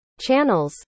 channels